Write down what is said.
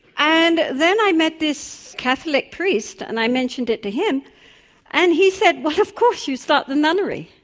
and then i met this catholic priest and i mentioned it to him and he said but of course you start the nunnery.